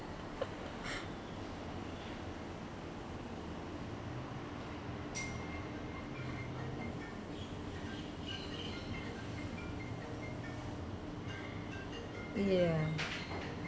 ya